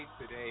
today